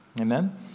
Amen